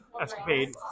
Escapade